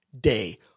day